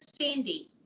Sandy